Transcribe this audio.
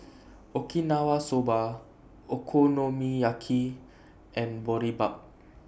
Okinawa Soba Okonomiyaki and Boribap